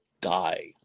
die